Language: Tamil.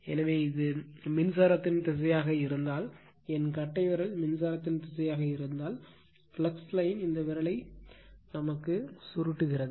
எனவே இது மின்சாரத்தின் திசையாக இருந்தால் என் கட்டைவிரல் மின்சாரத்தின் திசையாக இருந்தால் ஃப்ளக்ஸ் லைன் இந்த விரலை சுருட்டுகிறது